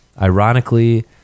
ironically